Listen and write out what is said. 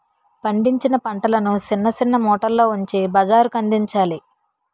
పండించిన పంటలను సిన్న సిన్న మూటల్లో ఉంచి బజారుకందించాలి